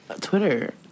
Twitter